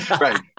Right